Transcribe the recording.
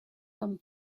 comme